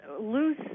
loose